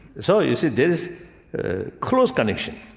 so you see there is a close connection